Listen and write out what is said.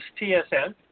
TSN